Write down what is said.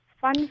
fun